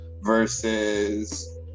versus